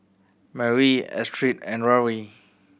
Marie Astrid and Rory